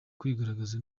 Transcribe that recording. kwigaragaza